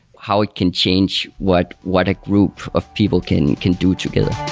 how it can change what what a group of people can can do together.